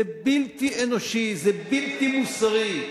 זה בלתי אנושי, זה בלתי מוסרי.